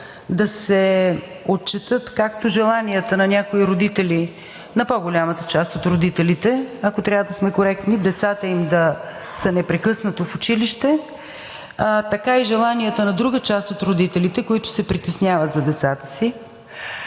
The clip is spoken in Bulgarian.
да се отчетат както желанията на някои родители, на по-голямата част от родителите, ако трябва да сме коректни, децата им да са непрекъснато в училище, така и желанията на друга част от родителите, които се притесняват за децата си;